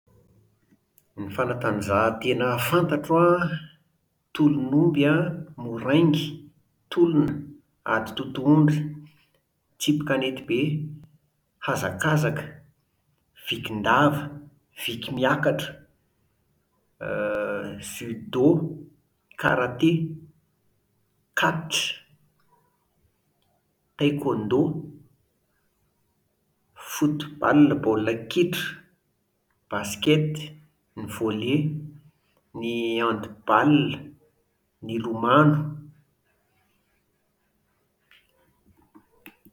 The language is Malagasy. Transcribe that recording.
Ny fanatanjahantena fantatro an tolon'omby an, moraingy, tolona, ady totohondry, tsipy kanetibe, hazakazaka, vikindava, viki-miakatra, a judo, karate, catch, taekondo, football baolina kitra, basket, ny volley, ny hand-ball, ny lomano